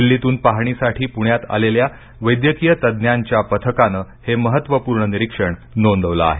दिल्लीतून पाहणीसाठी पूण्यात आलेल्या वैद्यकीय तज्ज्ञांच्या पथकानं हे महत्वपूर्ण निरीक्षण नोंदवलं आहे